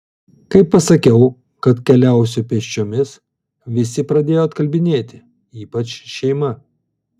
kai pasakiau kad keliausiu pėsčiomis visi pradėjo atkalbinėti ypač šeima